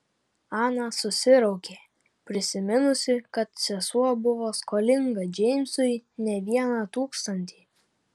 ana susiraukė prisiminusi kad sesuo buvo skolinga džeimsui ne vieną tūkstantį